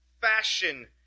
fashion